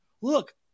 look